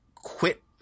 quit